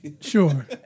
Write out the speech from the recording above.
Sure